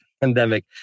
pandemic